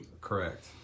correct